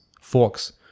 forks